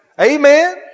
Amen